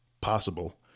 possible